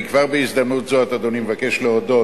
אני כבר בהזדמנות זאת, אדוני, מבקש להודות.